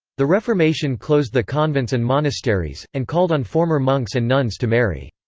the reformation closed the convents and monasteries, and called on former monks and nuns to marry.